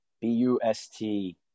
B-U-S-T